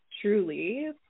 truly